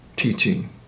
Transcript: Teaching